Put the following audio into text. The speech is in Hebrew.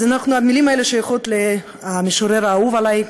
המילים האלה שייכות למשורר האהוב עלי,